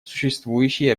существующие